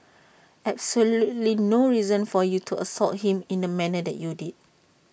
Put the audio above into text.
absolutely no reason for you to assault him in the manner that you did